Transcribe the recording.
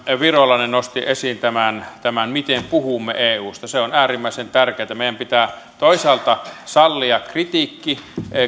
virolainen nosti esiin tämän tämän miten puhumme eusta se on äärimmäisen tärkeätä meidän pitää toisaalta sallia kritiikki